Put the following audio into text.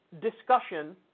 discussion